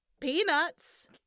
Peanuts